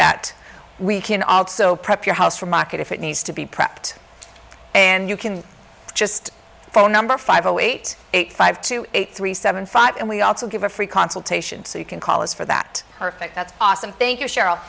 that we can also prep your house for market if it needs to be prepped and you can just phone number five zero eight eight five two eight three seven five and we also give a free consultation so you can call us for that perfect that's awesome thank you sheryl